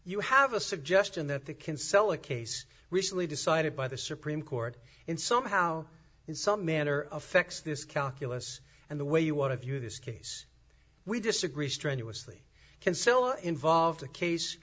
you have a suggestion that the can sell a case recently decided by the supreme court and somehow in some manner of fx this calculus and the way you want to view this case we disagree strenuously can still involved a case